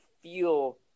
feel